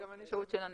טעות של ה-נבו.